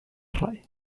الرأي